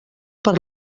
per